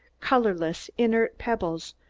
colorless, inert pebbles,